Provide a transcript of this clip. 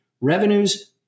Revenues